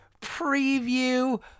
preview